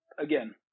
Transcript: Again